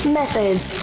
methods